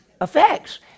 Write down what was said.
Effects